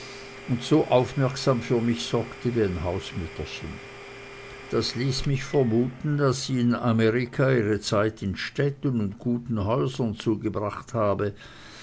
und so aufmerksam für mich sorgte wie ein hausmütterchen das ließ mich vermuten daß sie in amerika ihre zeit in städten und guten häusern zugebracht habe